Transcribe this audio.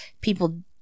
people